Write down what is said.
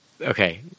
Okay